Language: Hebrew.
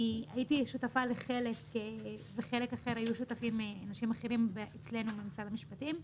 הייתי שותפה לחלק ובחלק אחר היו שותפים אנשים אחרים ממשרד המשפטים.